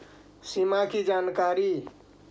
सिमा कि जानकारी?